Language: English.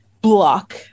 block